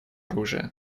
оружия